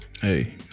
Hey